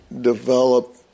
develop